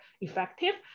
effective